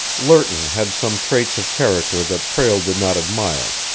lerton had some traits of character that prale did not admire,